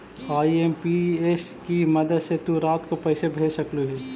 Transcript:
IMPS की मदद से तु रात को पैसे भेज सकलू हे